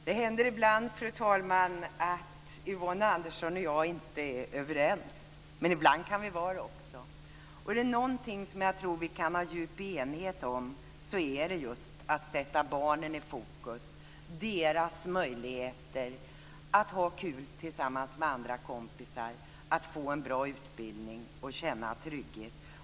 Fru talman! Det händer ibland att Yvonne Andersson och jag inte är överens. Men ibland kan vi vara det också. Är det någonting som jag tror att vi kan ha djup enighet om så är det just att sätta barnen i fokus, och deras möjligheter att ha kul tillsammans med andra kompisar, att få en bra utbildning och känna trygghet.